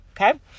Okay